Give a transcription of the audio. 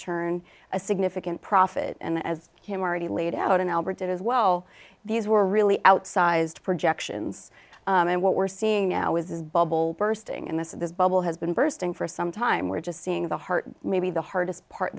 turn a significant profit and as him already laid out in albert that as well these were really outsized projections and what we're seeing now is a bubble sting and this of the bubble has been bursting for some time we're just seeing the heart maybe the hardest part